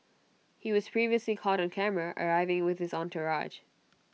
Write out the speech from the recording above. he was previously caught on camera arriving with his entourage